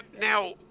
now